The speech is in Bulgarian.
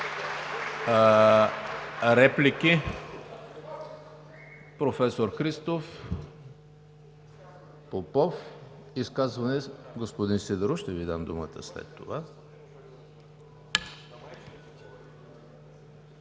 Реплики? Професор Христов, Попов. Изказване – господин Сидеров, ще Ви дам думата след това.